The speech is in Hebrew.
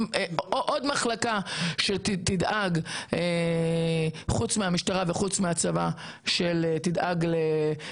עוד מחלקה שתדאג - חוץ מהמשטרה וחוץ מהצבא - לאזרחי